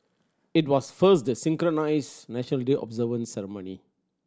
it was first the synchronised National Day observance ceremony